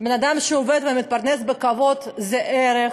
בן-אדם שעובד ומתפרנס בכבוד זה ערך,